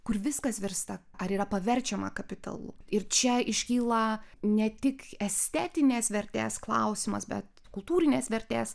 kur viskas virsta ar yra paverčiama kapitalu ir čia iškyla ne tik estetinės vertės klausimas bet kultūrinės vertės